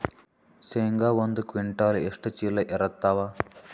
ಶೇಂಗಾ ಒಂದ ಕ್ವಿಂಟಾಲ್ ಎಷ್ಟ ಚೀಲ ಎರತ್ತಾವಾ?